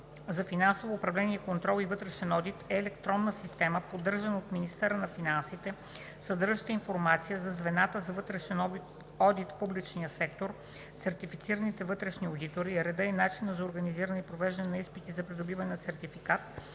за финансово управление и контрол и вътрешен одит“ е електронна система, поддържана от министъра на финансите, съдържаща информация за звената за вътрешен одит в публичния сектор, сертифицираните вътрешни одитори, реда и начина за организиране и провеждане на изпити за придобиване на сертификат